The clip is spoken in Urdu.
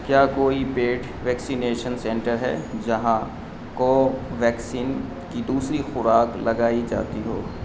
کیا کوئی پیڈ ویکسینیشن سینٹر ہے جہاں کوویکسین کی دوسری خوراک لگائی جاتی ہو